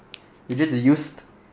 we just have used